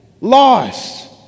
lost